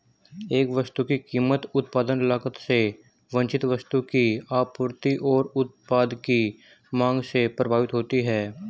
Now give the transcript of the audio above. एक वस्तु की कीमत उत्पादन लागत से वांछित वस्तु की आपूर्ति और उत्पाद की मांग से प्रभावित होती है